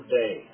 day